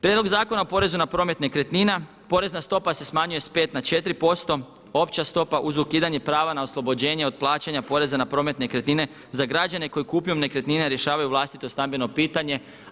Prijedlog zakona o porezu na promet nekretnina, porezna stopa se smanjuje sa 5 na 4%, opća stopa uz ukidanje prava na oslobođenje od plaćanja poreza na promet nekretnine za građane koji kupnjom nekretnine rješavaju vlastito stambeno pitanje.